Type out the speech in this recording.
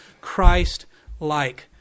Christ-like